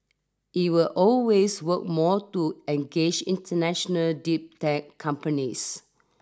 it will always work more to engage international deep tech companies